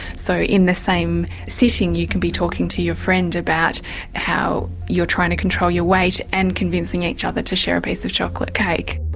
so in the same sitting you can be talking to your friend about how you're trying to control your weight and convincing each other to share a piece of chocolate cake.